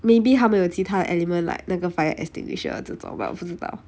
maybe 他们有其他 element like 那个 fire extinguisher 这种 but 我不知道